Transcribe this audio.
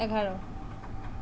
এঘাৰ